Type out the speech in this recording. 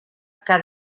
que